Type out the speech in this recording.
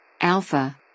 Alpha